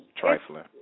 Trifling